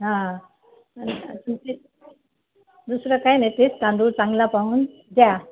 हां तु दुसरं काय नाही तेच तांदूळ चांगला पाहून द्या